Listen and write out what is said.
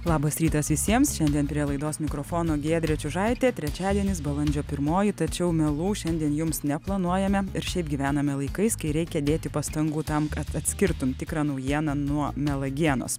labas rytas visiems šiandien prie laidos mikrofono giedrė čiužaitė trečiadienis balandžio pirmoji tačiau melų šiandien jums neplanuojame ir šiaip gyvename laikais kai reikia dėti pastangų tam kad atskirtum tikrą naujieną nuo melagienos